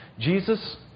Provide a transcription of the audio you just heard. Jesus